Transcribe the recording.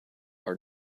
are